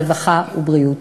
הרווחה והבריאות.